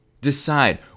Decide